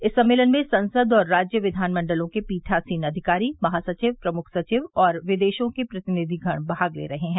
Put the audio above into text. इस सम्मेलन में संसद और राज्य विधानमंडलों के पीठासीन अधिकारी महासविव प्रमुख सचिव और विदेशों के प्रतिनिधिगण भाग ले रहे हैं